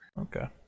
Okay